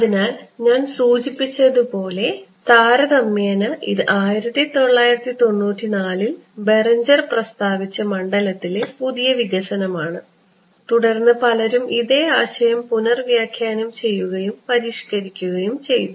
അതിനാൽ ഞാൻ സൂചിപ്പിച്ചതുപോലെ താരതമ്യേന ഇത് 1994 ൽ ബെറെഞ്ചർ പ്രസ്താവിച്ച മണ്ഡലത്തിലെ പുതിയ വികസനമാണ് തുടർന്ന് പലരും ഇതേ ആശയം പുനർവ്യാഖ്യാനം ചെയ്യുകയും പരിഷ്കരിക്കുകയും ചെയ്തു